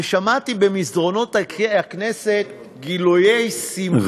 ושמעתי במסדרונות הכנסת גילויי שמחה,